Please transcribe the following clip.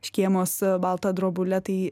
škėmos baltą drobulę tai